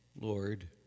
Lord